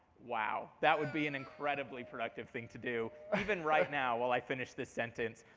wow. that would be an incredibly productive thing to do, even right now while i finish this sentence.